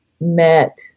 met